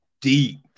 deep